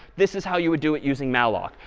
this is how you would do it using malloc.